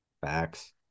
Facts